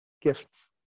gifts